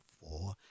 four